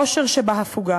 האושר שבהפוגה.